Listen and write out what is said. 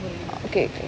okay